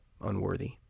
unworthy